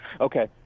Okay